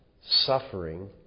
suffering